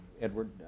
Edward